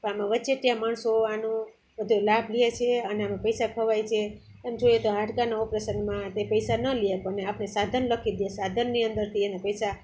પણ આમાં વચેટિયા માણસો આનું બધો લાભ લઈએ છીએ અને આમાં પૈસા ખવાય છે એમ જોઈએ તો હાડકાના ઓપરેશનમાં તે પૈસા ન લઈએ પણ આપણે સાધન લખી દે સાધનની અંદરથી એને પૈસા